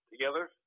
together